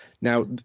now